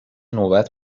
نوبت